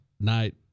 night